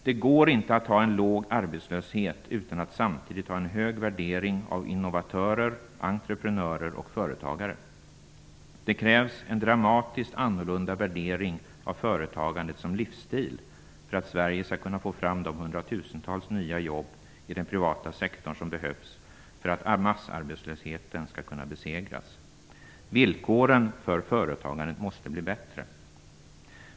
Det går inte att ha en låg arbetslöshet utan att samtidigt ha en hög värdering av innovatörer, entreprenörer och företagare. Det krävs en dramatiskt annorlunda värdering av företagandet som livsstil för att Sverige skall kunna få fram de hundratusentals nya jobb i den privata sektorn som behövs för att massarbetslösheten skall kunna besegras. Villkoren för företagandet måste bli bättre.